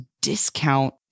discount